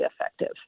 effective